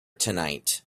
tonight